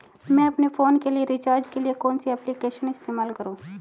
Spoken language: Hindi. मैं अपने फोन के रिचार्ज के लिए कौन सी एप्लिकेशन इस्तेमाल करूँ?